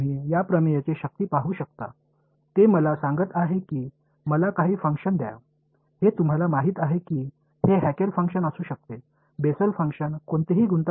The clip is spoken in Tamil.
எனவே இந்த தேற்றத்தின் சக்தியை நீங்கள் காணலாம் அது எனக்குத் தெரிந்த செயல்பாட்டை எனக்குக் கூறுகிறது இது சில ஹான்கல் பெசெல் என்ற சிக்கலான செயல்பாடாக இருக்கலாம்